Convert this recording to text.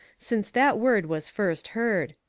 since that word was first heard!